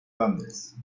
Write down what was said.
londres